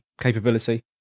capability